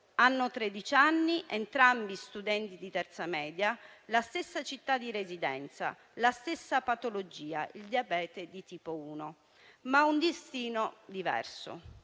hanno tredici anni, entrambi studenti di terza media, la stessa città di residenza, la stessa patologia (il diabete di tipo 1), ma un destino diverso.